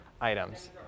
items